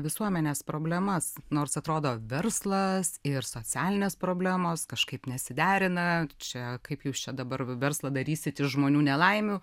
visuomenės problemas nors atrodo verslas ir socialinės problemos kažkaip nesiderina čia kaip jūs čia dabar verslą darysit iš žmonių nelaimių